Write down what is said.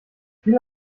viel